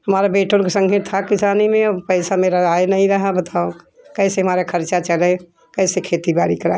हमारा बेटोर का था किसानी में अब पैसा मेरा रहा नहीं रहा बताओ कैसे हमारा खर्चा चले कैसे खेती बाड़ी कराएँ